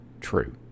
true